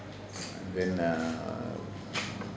and then err